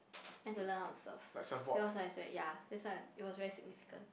then to learn how to surf then was like it was ya that's why it was very significant